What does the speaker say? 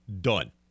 Done